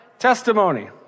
Testimony